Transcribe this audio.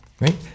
right